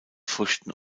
früchten